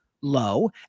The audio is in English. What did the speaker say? low